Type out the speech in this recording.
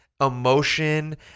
emotion